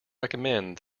recommend